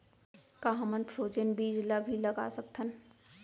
का हमन फ्रोजेन बीज ला भी लगा सकथन?